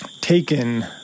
taken